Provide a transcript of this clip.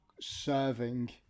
serving